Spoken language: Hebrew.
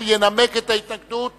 ינמק את ההתנגדות